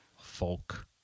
folk